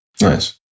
Nice